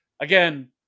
again